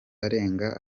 arenga